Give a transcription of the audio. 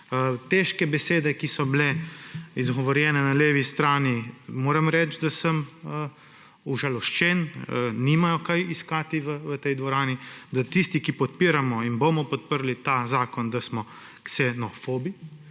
Težke besede, ki so bile izgovorjene na levi strani, moram reči, da sem užaloščen, nimajo kaj iskati v tej dvorani –, da smo tisti, ki podpiramo in bomo podprli ta zakon, ksenofobi.